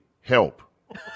Help